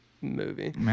movie